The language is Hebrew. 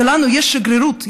ולנו יש שגרירות,